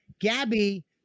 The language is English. gabby